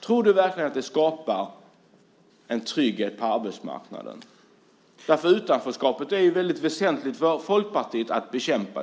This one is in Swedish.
Tror du verkligen att det skapar en trygghet på arbetsmarknaden? Utanförskapet är det ju väldigt väsentligt för Folkpartiet att bekämpa.